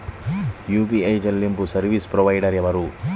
UPI చెల్లింపు service provider ఎవరు?